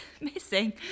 missing